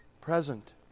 present